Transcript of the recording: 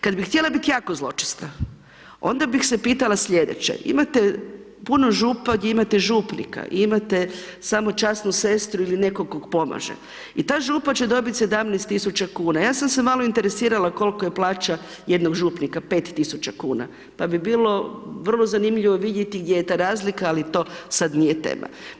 Kad bih htjela biti jako zločesta, onda bih se pitala sljedeće, imate puno Župa gdje imate župnika, i imate samo časnu sestru ili nekog tko pomaže, i ta Župa će dobiti 17.000,00 kuna, ja sam se malo interesirala kol'ko je plaća jednog župnika, 5.000,00 kuna, pa bi bilo vrlo zanimljivo vidjeti gdje je ta razlika, ali to sad nije tema.